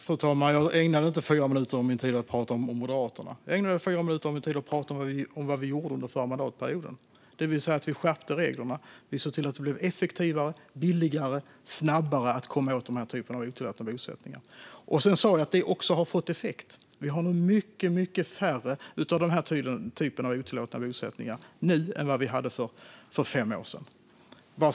Fru talman! Jag ägnade inte fyra minuter av min tid åt att tala om Moderaterna utan åt att tala om vad vi gjorde under förra mandatperioden. Vi skärpte reglerna, och vi såg till att det blev effektivare, billigare och snabbare att komma åt denna typ av otillåtna bosättningar. Sedan sa jag att det också har fått effekt. Vi har mycket färre otillåtna bosättningar av denna typ nu än för fem år sedan.